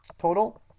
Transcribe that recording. total